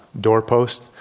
doorpost